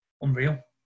unreal